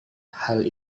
hal